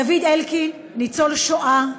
דוד אלקין, ניצול השואה,